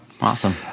Awesome